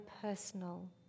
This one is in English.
personal